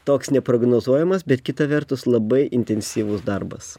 toks neprognozuojamas bet kita vertus labai intensyvus darbas